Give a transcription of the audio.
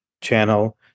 channel